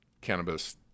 cannabis